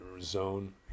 zone